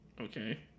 Okay